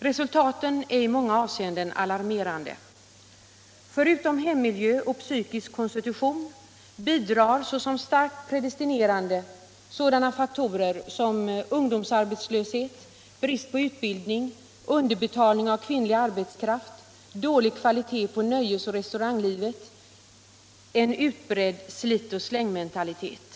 Resultaten är i många avseenden - Nr 24 alarmerande. Förutom hemmiljö och psykisk konstitution bidrar såsom Onsdagen den starkt predestinerande sådana faktorer som ungdomsarbetslöshet, brist 10 november 1976 på utbildning, underbetalning av kvinnlig arbetskraft, dålig kvalitet på —— nöjesoch restauranglivet, en utbredd slitoch slängmentalitet.